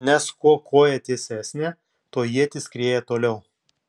nes kuo koja tiesesnė tuo ietis skrieja toliau